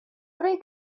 three